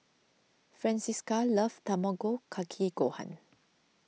Francisca loves Tamago Kake Gohan